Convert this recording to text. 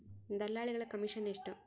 ದಲ್ಲಾಳಿಗಳ ಕಮಿಷನ್ ಎಷ್ಟು?